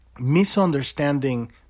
misunderstanding